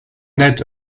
nett